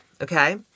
Okay